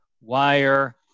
wire